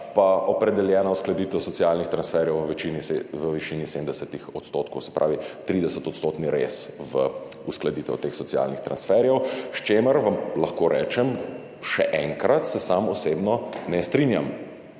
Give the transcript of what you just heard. pa opredeljena uskladitev socialnih transferjev v višini 70 %, se pravi 30-odstotni rez v uskladitev teh socialnih transferjev, s čimer, vam lahko rečem še enkrat, se sam osebno ne strinjam